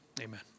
Amen